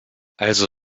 also